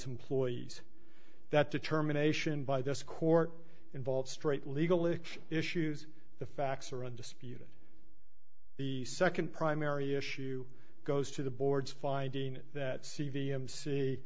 employees that determination by this court involved straight legal issues the facts are undisputed the second primary issue goes to the board's finding that c